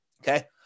Okay